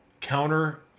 counter